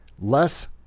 less